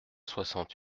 soixante